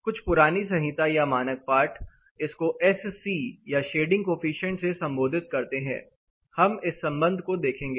कुछ पुरानी संहिता या मानक पाठ इसको एस सी या शेडिंग कोफिशिएंट से संबोधित करते हैं हम इस संबंध को देखेंगे